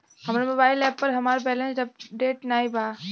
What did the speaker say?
हमरे mobile app पर हमार बैलैंस अपडेट नाई बा